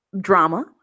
Drama